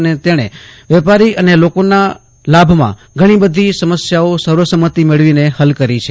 અને તેજ્ઞે વેપારી અને લોકોના લાભમાં ઘજ્ઞીબધી સમસ્યાઓ સર્વસંમતિ મેળવીને હલ કરી છે